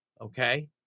Okay